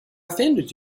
offended